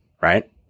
right